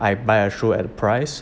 I buy a shoe at a price